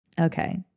Okay